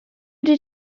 did